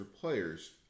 players